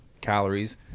calories